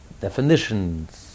definitions